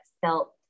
felt